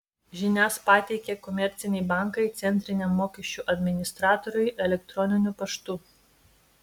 žinias pateikia komerciniai bankai centriniam mokesčių administratoriui elektroniniu paštu